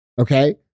Okay